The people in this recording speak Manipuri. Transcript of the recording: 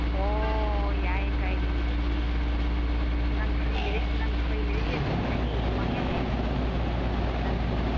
ꯑꯣ ꯌꯥꯏꯌꯦ ꯀꯥꯏꯗꯦꯅꯦ ꯆꯠꯁꯤꯅꯦ ꯅꯪ ꯐ꯭ꯔꯤ ꯅꯪ ꯐ꯭ꯔꯤ ꯂꯩꯔꯗꯤ ꯑꯗꯨꯝ ꯍꯥꯏꯗꯤ ꯄꯪꯌꯥ ꯌꯥꯏꯌꯦꯅꯦ ꯅꯪ